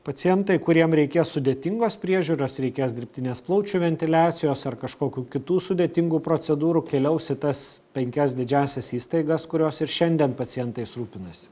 pacientai kuriem reikės sudėtingos priežiūros reikės dirbtinės plaučių ventiliacijos ar kažkokių kitų sudėtingų procedūrų keliaus į tas penkias didžiąsias įstaigas kurios ir šiandien pacientais rūpinasi